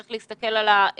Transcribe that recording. צריך להסתכל על האחוז,